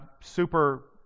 super